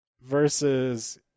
versus